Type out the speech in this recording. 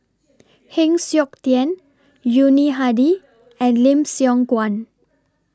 Heng Siok Tian Yuni Hadi and Lim Siong Guan